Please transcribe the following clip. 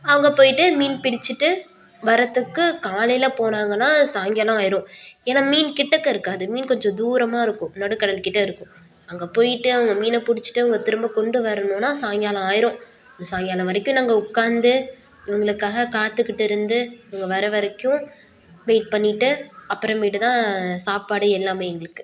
அவங்க போயிட்டு மீன் பிடிச்சுட்டு வரத்துக்கு காலையில் போனாங்கனால் சாயங்காலம் ஆயிடும் ஏன்னால் மீன் கிட்டக்க இருக்காது மீன் கொஞ்சம் தூரமாக இருக்கும் நடு கடல்கிட்ட இருக்கும் அங்கே போயிட்டு அங்கே மீனை பிடிச்சிட்டு அவங்க திரும்ப கொண்டு வரணும்னா சாயங்காலம் ஆயிடும் அந்த சாயங்காலம் வரைக்கும் நாங்கள் உட்காந்து இவங்களுக்காக காத்துக்கிட்டு இருந்து இவங்க வர வரைக்கும் வெயிட் பண்ணிட்டு அப்புறமேட்டுதான் சாப்பாடு எல்லாமே எங்களுக்கு